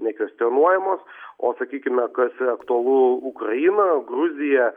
nekvestionuojamos o sakykime kas aktualu ukraina gruzija